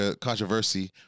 controversy